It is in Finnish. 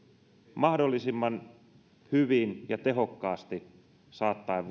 mahdollisimman hyvin ja tehokkaasti saattaen